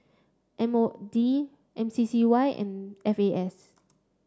M O D M C C Y and F A S